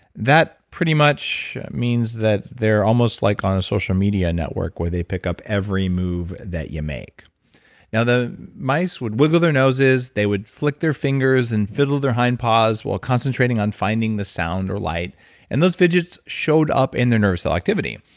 that pretty much means that they're almost like on a social media network where they pick up every move that you make now the mice would wiggle their noses, they would flick their fingers and fiddle their hind paws while concentrating on finding the sound or light and those fidget showed up in their nerve cell activity.